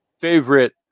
favorite